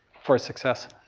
for success.